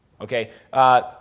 okay